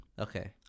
Okay